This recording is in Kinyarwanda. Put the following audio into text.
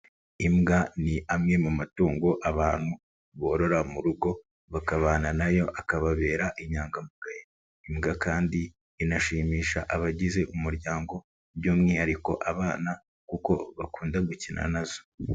Imbwa ni amwe mu matungo abantu borora mu rugo bakabana na yo akababera inyangamugayo, imbwa kandi inashimisha abagize umuryango by'umwihariko abana kuko bakunda gukina na zo.